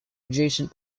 adjacent